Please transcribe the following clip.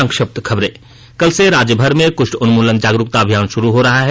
संक्षिप्त खबरें कल से राज्य भर में कुष्ठ उन्मूलन जागरूकता अभियान शुरू हो रहा है